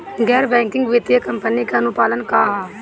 गैर बैंकिंग वित्तीय कंपनी के अनुपालन का ह?